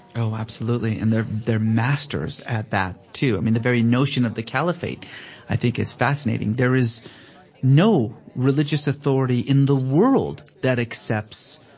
oh, absolutely. and they're they're masters at that, too. i mean, the very notion of the caliphate i think is fascinating. there is no religious authority in the world that accepts,